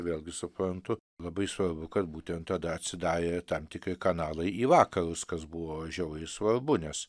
vėlgi suprantu labai svarbu kad būtent tada atsidarė tam tikri kanalai į vakarus kas buvo žiauriai svarbu nes